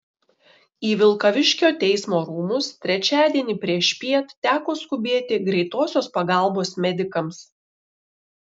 į vilkaviškio teismo rūmus trečiadienį priešpiet teko skubėti greitosios pagalbos medikams